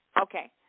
Okay